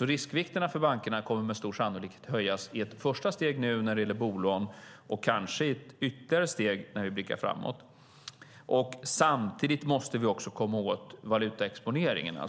Riskvikterna för bankerna kommer med stor sannolikhet att höjas i ett första steg när det gäller bolån och kanske i ett ytterligare steg när vi blickar framåt. Samtidigt måste vi också komma åt valutaexponeringen.